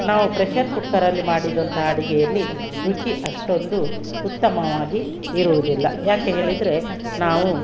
ನಾವು ಪ್ರೆಷರ್ ಕುಕ್ಕರಲ್ಲಿ ಮಾಡಿರುವಂತಹ ಅಡಿಗೆಯಲ್ಲಿ ರುಚಿ ಅಷ್ಟೊಂದು ಉತ್ತಮವಾಗಿ ಇರುವುದಿಲ್ಲ ಯಾಕೆ ಹೇಳಿದರೆ ನಾವು